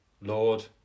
Lord